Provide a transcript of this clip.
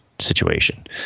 Situation